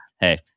Hey